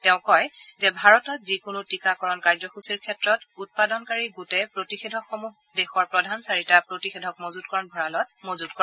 তেওঁ কয় যে ভাৰতত যিকোনো টীকাকৰণ কাৰ্যসূচীৰ ক্ষেত্ৰত উৎপাদনকাৰী গোটে প্ৰতিষেধকসমূহ দেশৰ প্ৰধান চাৰিটা প্ৰতিষেধক মজুতকৰণ ভূৰালত মজুত কৰে